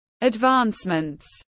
advancements